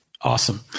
Awesome